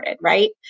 right